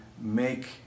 make